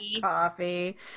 Coffee